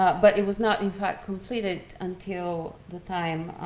ah but it was not in fact completed until the time,